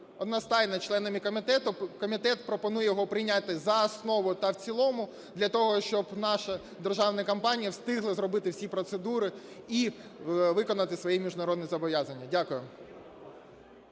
одностайно членами комітету. Комітет пропонує його прийняти за основу та в цілому для того, щоби наші державні компанії встигли зробити всі процедури і виконати свої міжнародні зобов'язання. Дякую.